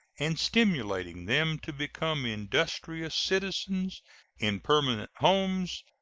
and stimulating them to become industrious citizens in permanent homes,